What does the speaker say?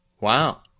wow